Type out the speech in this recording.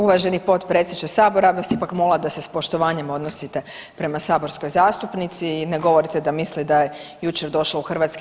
Uvaženi potpredsjedniče sabora, ja bi vas ipak molila da se s poštovanjem odnosite prema saborskoj zastupnici i ne govorite da misli da je jučer došla u HS.